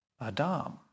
Adam